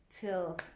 till